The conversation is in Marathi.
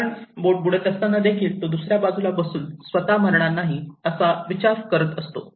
कारण बोट बुडत असताना देखील तो दुसऱ्या बाजूला बसून स्वतः मरणार नाही असा विचार करतो